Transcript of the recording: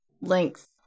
length